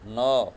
ନଅ